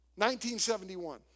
1971